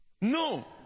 No